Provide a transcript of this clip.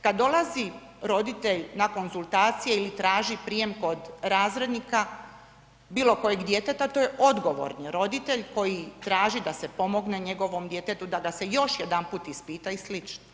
Kad dolazi roditelj na konzultacije ili traži prijem kod razrednika, bilo kojeg djeteta, to je odgovorni roditelj koji traži da se pomogne njegovom djetetu, da ga se još jedanput ispita i sl.